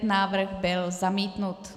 Návrh byl zamítnut.